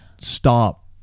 stop